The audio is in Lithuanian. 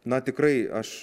na tikrai aš